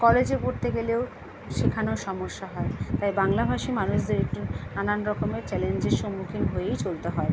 কলেজে পড়তে গেলেও সেখানেও সমস্যা হয় তাই বাংলাভাষী মানুষদের একটু নানান রকমের চ্যালেঞ্জের সম্মুখীন হয়েই চলতে হয়